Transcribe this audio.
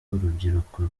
urubyiruko